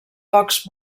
pocs